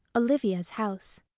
olivia's house.